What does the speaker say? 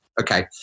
Okay